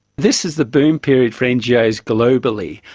this is the boom period for ngos globally.